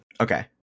Okay